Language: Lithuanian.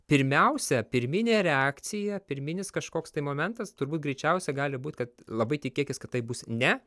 pirmiausia pirminė reakcija pirminis kažkoks tai momentas turbūt greičiausiai gali būt kad labai tikėkis kad tai bus ne